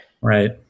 Right